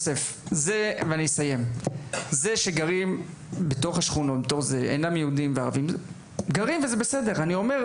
זה שגרים בתוך השכונות של ירושלים כאלה שאינם יהודים זה בסדר גמור,